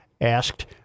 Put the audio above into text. asked